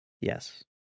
Yes